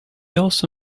also